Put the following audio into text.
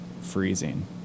freezing